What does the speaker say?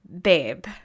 babe